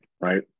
right